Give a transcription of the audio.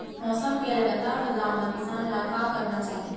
मौसम के लगातार बदलाव मा किसान ला का करना चाही?